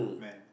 man